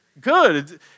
Good